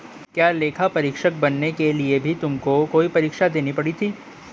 क्या लेखा परीक्षक बनने के लिए भी तुमको कोई परीक्षा देनी पड़ी थी?